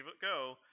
go